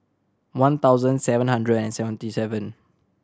one thousand seven hundred and seventy seven